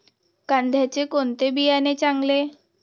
कांद्याचे कोणते बियाणे चांगले?